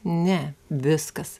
ne viskas